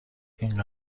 این